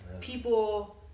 people